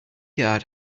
yard